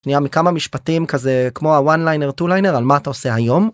נראה מכמה משפטים כזה כמו הוואן ליינר 2 ליינר על מה אתה עושה היום.